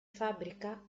fabbrica